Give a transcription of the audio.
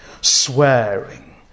swearing